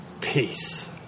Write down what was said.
peace